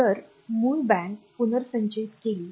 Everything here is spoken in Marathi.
जर मूळ बँक पुनर्संचयित केली